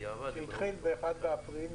שהתחיל ב-1 באפריל,